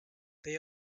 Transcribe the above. they